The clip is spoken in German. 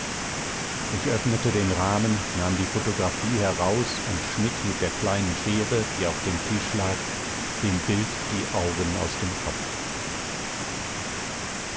ich öffnete den rahmen nahm die photographie heraus und schnitt mit der kleinen schere die auf dem tisch lag dem bild die augen aus dem kopf